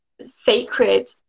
sacred